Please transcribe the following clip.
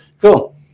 cool